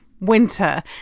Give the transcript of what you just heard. winter